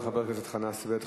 תודה רבה לחבר הכנסת חנא סוייד.